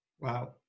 Wow